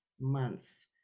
months